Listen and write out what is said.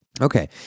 Okay